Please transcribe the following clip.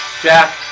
Jack